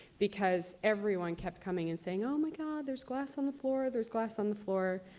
because everyone kept coming and saying, oh my god, there's glass on the floor. there's glass on the floor.